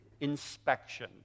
inspection